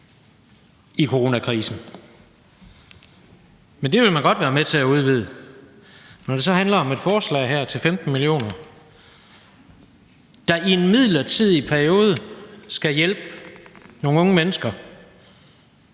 i coronakrisen. Men det vil man godt være med til at udvide. Når det så handler om et forslag til 15 mio. kr., der i en midlertidig periode skal hjælpe nogle unge mennesker,